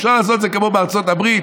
אפשר לעשות את זה כמו בארצות הברית,